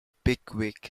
pickwick